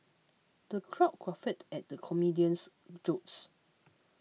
the crowd guffawed at the comedian's jokes